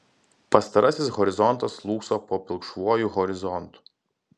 pastarasis horizontas slūgso po pilkšvuoju horizontu